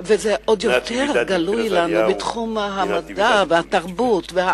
ונוכחותם גלויה עוד יותר בתחומי המדע והעסקים,